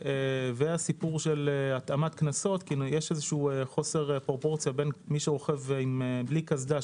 והסיפור של התאמת קנסות יש חוסר פרופורציה בין מי שרוכב בלי קסדה,